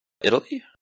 Italy